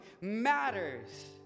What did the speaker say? matters